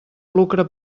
lucre